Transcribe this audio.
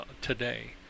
Today